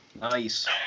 Nice